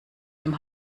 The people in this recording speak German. dem